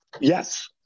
Yes